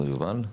יובל?